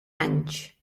anys